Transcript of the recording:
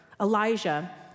Elijah